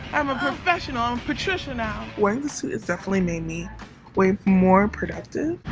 i'm a professional, i'm patricia now. wearing the suit has definitely made me way more productive.